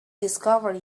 discovery